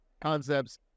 concepts